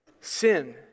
sin